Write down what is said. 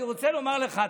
אני רוצה לומר לך,